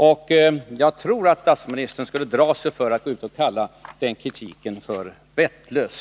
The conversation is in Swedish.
Och jag tror att statsministern drar sig för att kalla dess kritik för vettlös.